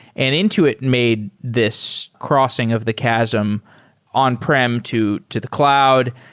and intuit made this crossing of the chasm on-prem to to the cloud,